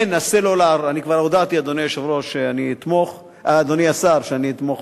הן הסלולר, אני כבר הודעתי, אדוני השר, שאני אתמוך